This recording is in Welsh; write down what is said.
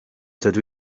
dydw